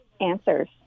answers